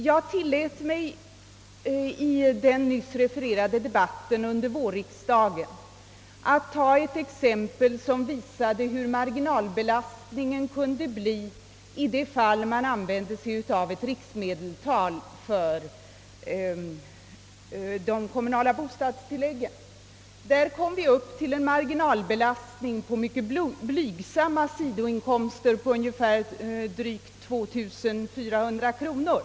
Jag tillät mig i den nyss refererade debatten under vårriksdagen att anföra ett exempel som visade hur stor marginalbelastningen kunde bli om man använde sig av ett riksmedeltal för det kommunala bostadstillägget. Marginalbeskattningen blev, vid mycket blygsamma sidoinkomster, drygt 2400 kronor.